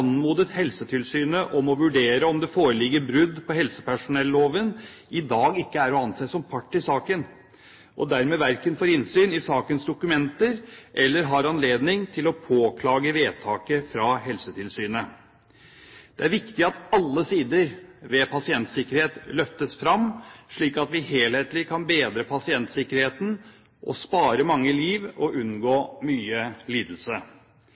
anmodet Helsetilsynet om å vurdere om det foreligger brudd på helsepersonelloven, i dag ikke er å anse som part i saken, og dermed verken får innsyn i sakens dokumenter eller har anledning til å påklage vedtaket fra Helsetilsynet. Det er viktig at alle sider ved pasientsikkerhet løftes fram, slik at vi helhetlig kan bedre pasientsikkerheten og spare mange liv og unngå mye lidelse.